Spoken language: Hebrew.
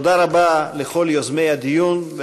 תודה רבה לכל יוזמי הדיון.